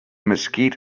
mesquite